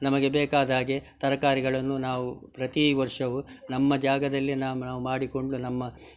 ನಮಗೆ ಬೇಕಾದಾಗೆ ತರಕಾರಿಗಳನ್ನು ನಾವು ಪ್ರತಿ ವರ್ಷವು ನಮ್ಮ ಜಾಗದಲ್ಲಿ ನಾವು ನಾವು ಮಾಡಿಕೊಂಡು ನಮ್ಮ